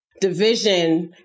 division